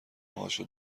هاشو